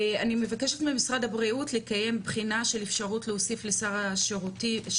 אני מבקשת ממשרד הבריאות לקיים בחינה של אפשרות להוסיף לסל שירותי